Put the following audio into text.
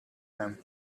him